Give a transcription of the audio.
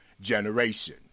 generation